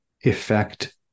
effect